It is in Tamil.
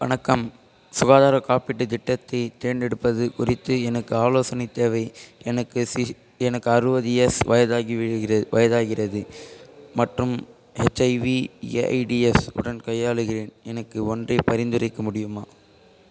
வணக்கம் சுகாதாரக் காப்பீட்டுத் திட்டத்தைத் தேர்ந்தெடுப்பது குறித்து எனக்கு ஆலோசனை தேவை எனக்கு சி எனக்கு அறுவது எஸ் வயதாகி விடுகிறது வயதாகிறது மற்றும் ஹெச்ஐவி ஏஐடிஎஸ் உடன் கையாளுகிறேன் எனக்கு ஒன்றை பரிந்துரைக்க முடியுமா